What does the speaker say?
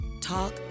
talk